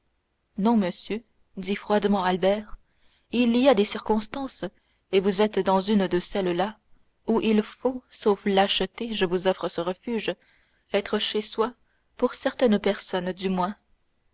non monsieur dit froidement albert il y a des circonstances et vous êtes dans une de celles-là où il faut sauf lâcheté je vous offre ce refuge être chez soi pour certaines personnes du moins